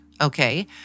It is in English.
Okay